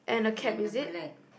I'm the black